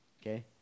okay